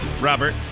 Robert